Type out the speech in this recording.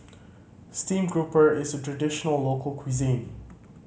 steamed grouper is a traditional local cuisine